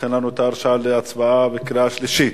נותן לנו את ההרשאה להצבעה בקריאה שלישית,